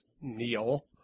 Neil